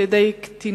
(אינוס על-ידי אשה),